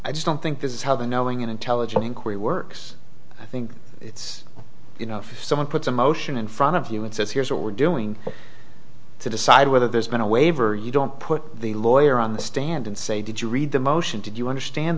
i just don't think this is how the knowing in intelligent inquiry works i think it's you know if someone puts a motion in front of you and says here's what we're doing to decide whether there's been a waiver you don't put the lawyer on the stand and say did you read the motion did you understand